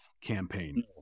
campaign